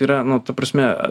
yra nu ta prasme